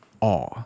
awe